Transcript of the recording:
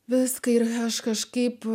viską ir aš kažkaip